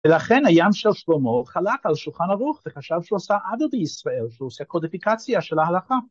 ‫ולכן הים של שלמה חלק על שולחן ארוך ‫וחשב שהוא עושה עדבי ישראל, ‫שהוא עושה קודיפיקציה של ההלכה.